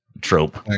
Trope